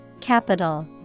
Capital